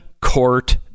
Court